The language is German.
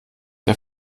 der